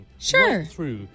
Sure